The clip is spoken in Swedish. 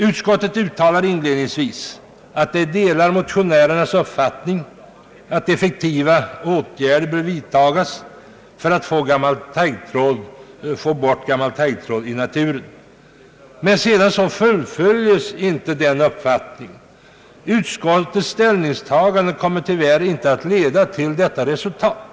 Utskottet uttalar inledningsvis att man delar motionärernas uppfattning att effektiva åtgärder bör vidtagas för att få bort gammal taggtråd i naturen, men sedan fullföljs inte denna tankegång. Utskottets ställningstagande kommer tyvärr inte att leda till detta resultat.